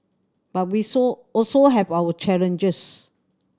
but we so also have our challenges